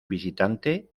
visitante